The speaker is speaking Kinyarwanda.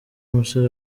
umusore